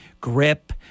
grip